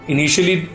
Initially